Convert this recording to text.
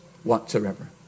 whatsoever